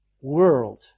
world